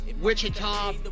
Wichita